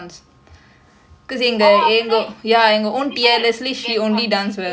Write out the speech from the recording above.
oh okay people get confuse especially year ones right